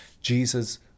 Jesus